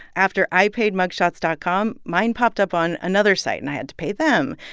after i paid mugshots dot com, mine popped up on another site, and i had to pay them.